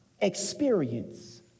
experience